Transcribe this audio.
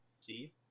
See